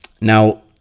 Now